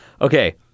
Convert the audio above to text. Okay